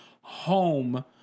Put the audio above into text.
home